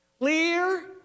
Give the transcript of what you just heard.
clear